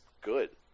good